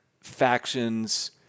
factions